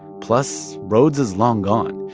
plus, rhoads is long gone.